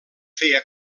feia